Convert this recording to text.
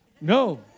No